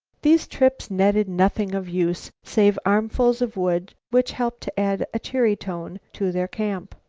these trips netted nothing of use save armfuls of wood which helped to add a cheery tone to their camp.